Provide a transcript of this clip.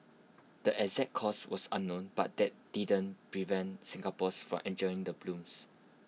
the exact cause was unknown but that didn't prevent Singapore's from enjoying the blooms